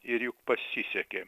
ir juk pasisekė